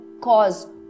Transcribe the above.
cause